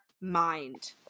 mind